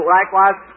likewise